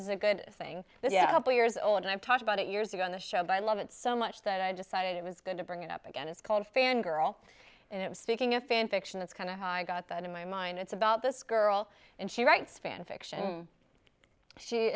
is a good thing yeah hopefully years old and i've talked about it years ago on the show but i love it so much that i decided it was good to bring it up again it's called fan girl speaking of fan fiction that's kind of i got that in my mind it's about this girl and she writes fan fiction she